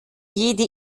jede